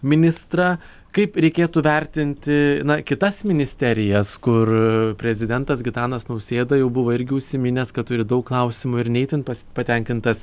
ministrą kaip reikėtų vertinti kitas ministerijas kur prezidentas gitanas nausėda jau buvo irgi užsiminęs kad turi daug klausimų ir ne itin patenkintas